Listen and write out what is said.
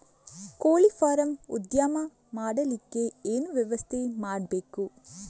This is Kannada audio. ಕೋಳಿ ಫಾರಂ ಉದ್ಯಮ ಮಾಡಲಿಕ್ಕೆ ಏನು ವ್ಯವಸ್ಥೆ ಮಾಡಬೇಕು?